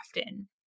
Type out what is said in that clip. often